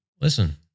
listen